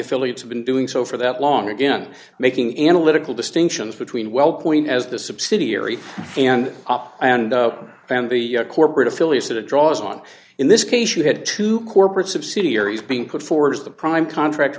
affiliates have been doing so for that long again making analytical distinctions between wellpoint as the subsidiary and op and found the corporate affiliates that it draws on in this case you had to corporate subsidiaries being put forward as the prime contract